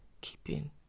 keeping